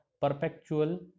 perpetual